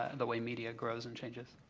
the way media grows and changes.